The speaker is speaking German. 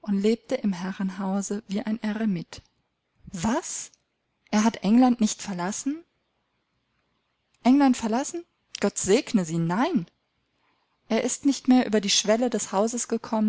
und lebte im herrenhause wie ein eremit was er hat england nicht verlassen england verlassen gott segne sie nein er ist nicht mehr über die schwelle des hauses gekommen